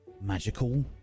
magical